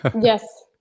Yes